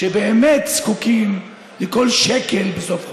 שבאמת זקוקים לכל שקל בסוף החודש.